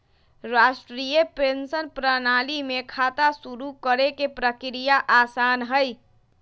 राष्ट्रीय पेंशन प्रणाली में खाता शुरू करे के प्रक्रिया आसान हई